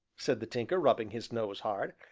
said the tinker, rubbing his nose hard,